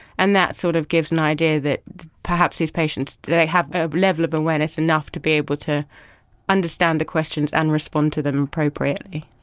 and that sort of gives an idea that perhaps these patients, they have a level of awareness enough to be able to understand the questions and respond to them appropriately.